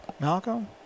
Malcolm